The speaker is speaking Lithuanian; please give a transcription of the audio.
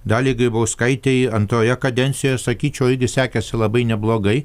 daliai grybauskaitei antroje kadencijoje sakyčiau irgi sekėsi labai neblogai